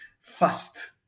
fast